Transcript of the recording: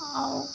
आउर